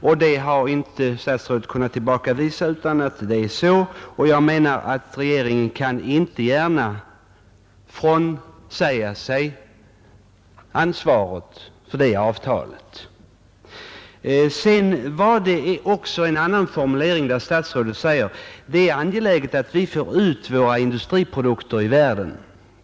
Statsrådet har inte kunnat tillbakavisa påståendet att det är så, och jag menar att regeringen inte gärna kan frånsäga sig ansvaret för detta avtal. Statsrådet begagnade också en annan formulering, att det är angeläget att vi får ut våra industriprodukter i världen.